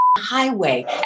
highway